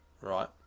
right